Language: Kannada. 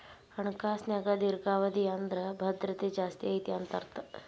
ಹಣಕಾಸಿನ್ಯಾಗ ದೇರ್ಘಾವಧಿ ಅಂದ್ರ ಭದ್ರತೆ ಜಾಸ್ತಿ ಐತಿ ಅಂತ ಅರ್ಥ